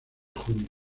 junio